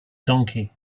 donkey